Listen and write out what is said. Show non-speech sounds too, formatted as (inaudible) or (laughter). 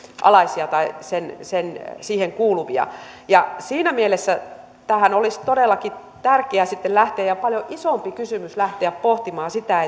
alaisia tai siihen kuuluvia siinä mielessä olisi todellakin tärkeää sitten lähteä ja paljon isompi kysymys lähteä pohtimaan sitä (unintelligible)